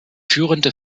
führende